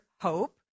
hope